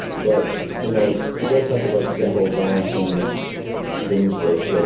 but you know he'll talk about, for example, balancing things like yeah